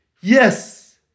yes